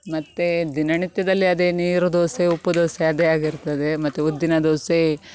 ಮತ್ತು ದಿನನಿತ್ಯದಲ್ಲಿ ಅದೇ ನೀರು ದೋಸೆ ಉಪ್ಪು ದೋಸೆ ಅದೇ ಆಗಿರ್ತದೆ ಮತ್ತು ಉದ್ದಿನ ದೋಸೆ